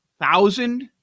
thousand